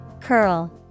Curl